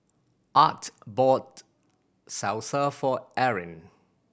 Art bought Salsa for Erin